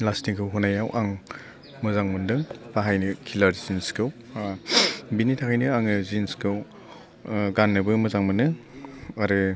lasting होनायाव आं मोजां मोनदों बाहायनो खिलार जिन्सखौ बिनि थाखायनो आङो जिन्सखौ गाननोबो मोजां मोनो आरो